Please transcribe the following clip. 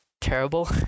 terrible